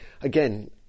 again